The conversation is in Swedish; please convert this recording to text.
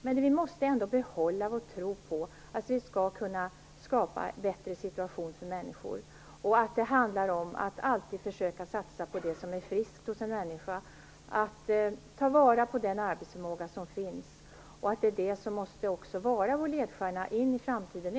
Men vi måste ändå behålla vår tro på att vi skall kunna skapa en bättre situation för människorna. Det handlar alltid om att försöka satsa på det som är friskt hos en människa och ta vara på den arbetsförmåga som finns. Det måste vara vår ledstjärna in i framtiden.